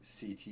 CT